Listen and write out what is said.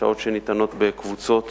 שעות שניתנות בקבוצות